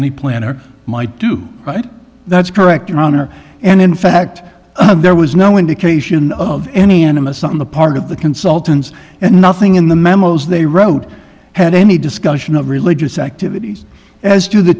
any planner might do right that's correct your honor and in fact there was no indication of any animist on the part of the consultants and nothing in the memos they wrote had any discussion of religious activities as to the